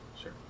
Sure